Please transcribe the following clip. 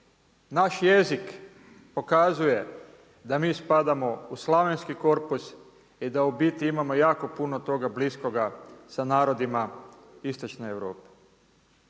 naš jezik pokazuje da mi spadamo u slavenski korpus i da u biti imamo jako puno toga bliskoga sa narodima Istočne Europe.